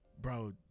bro